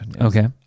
Okay